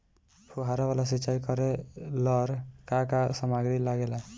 फ़ुहारा वाला सिचाई करे लर का का समाग्री लागे ला?